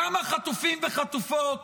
כמה חטופים וחטופות